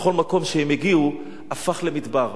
כל מקום שהם הגיעו, הפך למדבר.